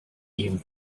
even